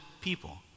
people